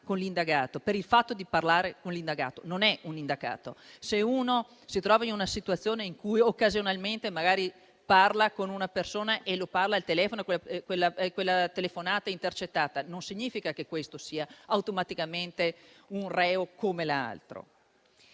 per il solo fatto di parlare con lui. Se uno si trova in una situazione in cui occasionalmente parla con una persona al telefono e quella telefonata viene intercettata, non significa che questo sia automaticamente un reo, come l'altro.